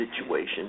situation